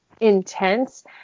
intense